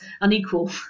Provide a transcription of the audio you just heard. unequal